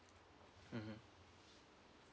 mmhmm